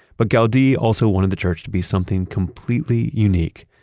but gaudi also wanted the church to be something completely unique,